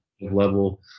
level